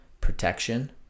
protection